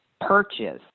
purchase